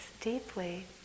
deeply